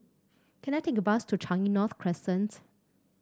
can I take a bus to Changi North Crescent